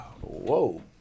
Whoa